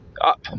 up